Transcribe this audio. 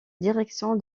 direction